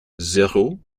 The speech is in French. zéro